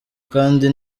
kandi